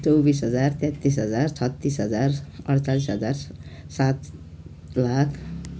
चौबिस हजार तेत्तिस हजार छत्तिस हजार अड्चालिस हजार सात लाख